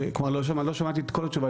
לא שמעתי את כל התשובה,